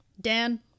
Dan